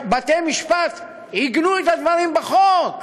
ובתי-המשפט עיגנו את הדברים בחוק.